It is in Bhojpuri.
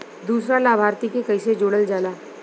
दूसरा लाभार्थी के कैसे जोड़ल जाला?